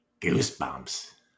Goosebumps